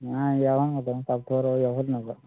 ꯑꯥ ꯌꯥꯎꯔꯝꯕꯗꯣꯃ ꯇꯥꯛꯊꯣꯔꯛꯑꯣ ꯌꯥꯎꯍꯟꯅꯕ